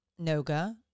Noga